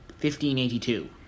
1582